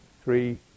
Three